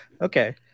Okay